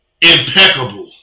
impeccable